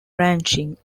ranching